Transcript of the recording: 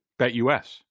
BetUS